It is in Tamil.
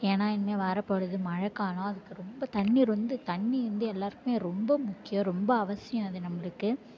ஏன்னால் இனிமேல் வரப்போவது மழை காலம் அதுக்கு ரொம்ப தண்ணீர் வந்து தண்ணி வந்து எல்லாேருக்குமே ரொம்ப முக்கியம் ரொம்ப அவசியம் அது நம்மளுக்கு